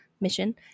mission